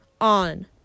on